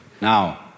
Now